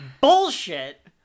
bullshit